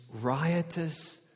riotous